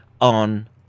on